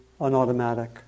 unautomatic